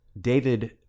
David